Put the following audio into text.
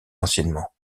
anciennement